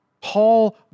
Paul